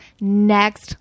next